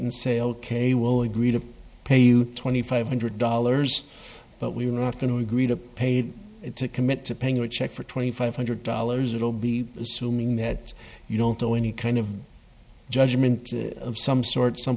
and say ok we'll agree to pay you twenty five hundred dollars but we're not going to agree to pay it to commit to paying you a check for twenty five hundred dollars it'll be assuming that you don't owe any kind of judgment of some sort